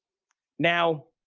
now,